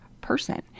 person